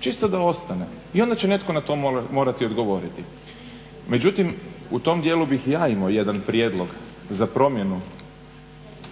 čisto da ostane i onda će na to netko morati odgovoriti. Međutim u tom dijelu bih ja imao jedan prijedlog za promjenu